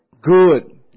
good